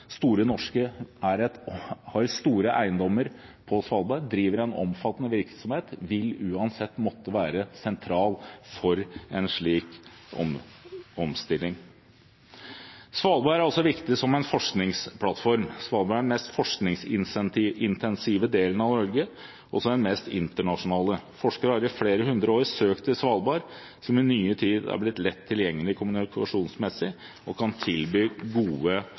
driver en omfattende virksomhet, vil uansett måtte være sentral i en slik omstilling. Svalbard er også viktig som en forskningsplattform. Svalbard er den mest forskningsintensive delen av Norge og også den mest internasjonale. Forskere har i flere hundre år søkt til Svalbard, som i nyere tid er blitt lett tilgjengelig kommunikasjonsmessig, og kan tilby gode